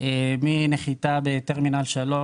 מנחיתה בטרמינל 3,